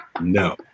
no